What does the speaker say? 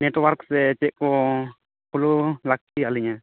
network ᱥᱮ ᱪᱮᱫ ᱠᱚ ᱯᱷᱞᱳ ᱞᱟᱹᱠᱛᱤ ᱟᱹᱞᱤᱧᱟ